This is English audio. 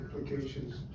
implications